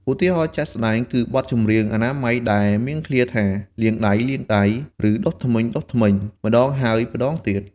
ឧទាហរណ៍ជាក់ស្ដែង គឺបទចម្រៀងអនាម័យដែលមានឃ្លាថា "លាងដៃ... លាងដៃ" ឬ "ដុសធ្មេញ... ដុសធ្មេញ" ម្តងហើយម្តងទៀត។